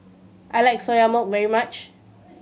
I like Soya Milk very much